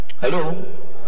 hello